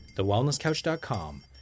TheWellnessCouch.com